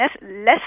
less